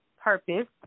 purpose